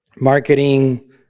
marketing